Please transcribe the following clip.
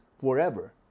forever